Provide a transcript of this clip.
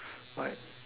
like